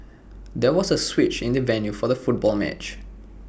there was A switch in the venue for the football match